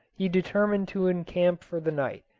he determined to encamp for the night,